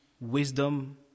wisdom